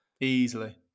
Easily